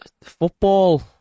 Football